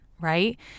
right